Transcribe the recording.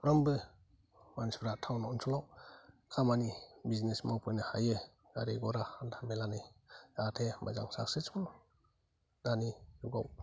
साफ्रामबो मानसिफ्रा टावन ओनसोलाव खामानि बिजिनेस मावफैनो हायो गारि घरा हान्था मेलानि जाहाथे मोजां साक्सेसफुल दानि जुगाव